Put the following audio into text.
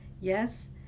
yes